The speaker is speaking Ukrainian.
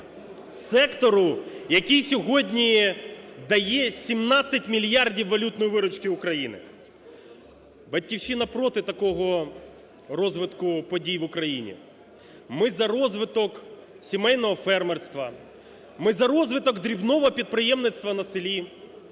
сектору, який сьогодні дає 17 мільярдів валютної виручки України. "Батьківщина" проти такого розвитку подій в Україні, ми за розвиток сімейного фермерства, ми за розвиток дрібного підприємництва на селі.